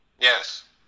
yes